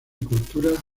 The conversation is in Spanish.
culturas